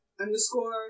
Underscore